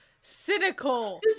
cynical